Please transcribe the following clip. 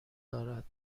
دارد